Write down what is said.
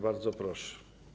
Bardzo proszę.